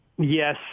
Yes